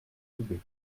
loubet